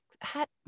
hat